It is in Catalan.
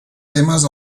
temes